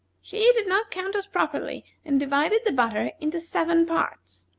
she did not count us properly, and divided the butter into seven parts.